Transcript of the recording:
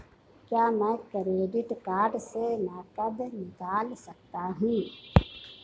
क्या मैं credit card से नकद निकाल सकता हूँ?